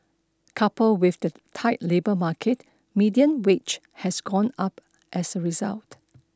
coupled with the tight labour market median wage has gone up as a result